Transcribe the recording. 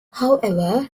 however